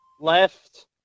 Left